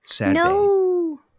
No